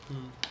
um